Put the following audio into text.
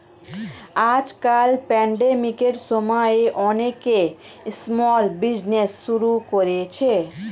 আজকাল প্যান্ডেমিকের সময়ে অনেকে স্মল বিজনেজ শুরু করেছে